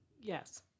Yes